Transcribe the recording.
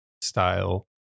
style